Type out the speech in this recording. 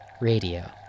Radio